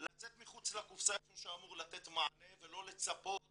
לצאת מחוץ לקופסה איפה שאמור לתת מענה ולא לצפות